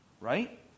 Right